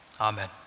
amen